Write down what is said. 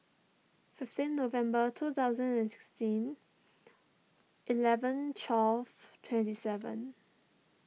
fifteen November two thousand and sixteen eleven twelve twenty seven